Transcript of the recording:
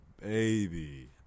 baby